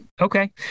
Okay